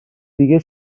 دیگه